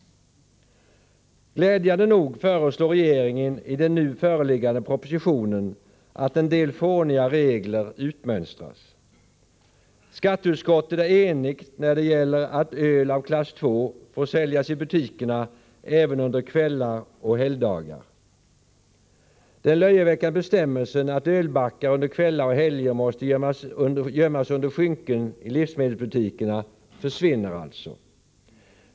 Glädjande nog föreslår regeringen i den nu föreliggande propositionen att en del fåniga regler skall utmönstras. Skatteutskottet är enigt när det gäller förslaget att öl av klass II skall få säljas i butikerna även under kvällar och helgdagar. Den löjeväckande bestämmelsen att ölbackar under kvällar och helger måste gömmas under skynken i livsmedelsbutikerna försvinner alltså.